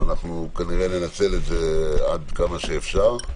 אנחנו כנראה ננצל את זה עד כמה שאפשר.